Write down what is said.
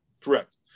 Correct